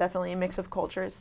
definitely a mix of cultures